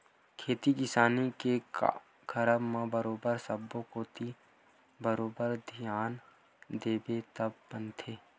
खेती किसानी के करब म बरोबर सब्बो कोती बरोबर धियान देबे तब बनथे